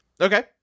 Okay